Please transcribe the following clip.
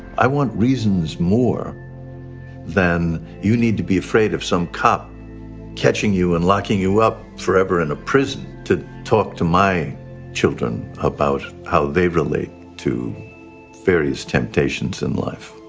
i want reasons more than you need to be afraid of some cop catching you, and locking you up forever in a prison' to talk to my children about how they relate to various temptations in life.